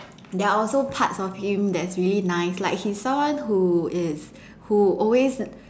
there are also parts of him that's really nice like he's someone who is who always